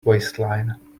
waistline